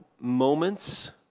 moments